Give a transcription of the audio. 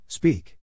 Speak